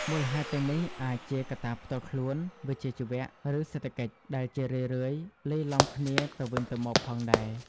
មូលហេតុទាំងនេះអាចជាកត្តាផ្ទាល់ខ្លួន វិជ្ជាជីវៈ ឬសេដ្ឋកិច្ច ដែលជារឿយៗលាយឡំគ្នាទៅវិញទៅមកផងដែរ។